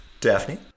Daphne